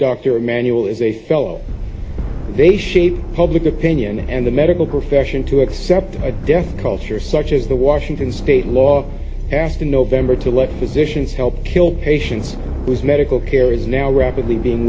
dr emanuel is a fellow they shape public opinion and the medical profession to accept a death culture such as the washington state law passed in november to let physicians help kill patients with medical care is now rapidly being